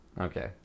Okay